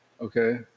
Okay